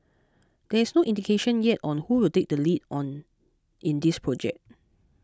there is no indication yet on who will take the lead on in this project